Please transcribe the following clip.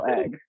egg